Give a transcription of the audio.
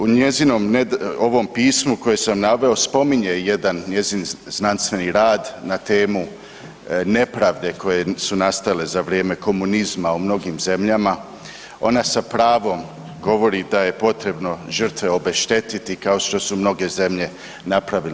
U njezinom pismu koje sam naveo spominje jedan njezin znanstveni rad na temu nepravde koje su nastale za vrijeme komunizma u mnogim zemljama, ona sa pravom govori da je potrebno žrtve obeštetiti kao što su mnoge zemlje napravile.